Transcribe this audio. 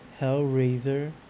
Hellraiser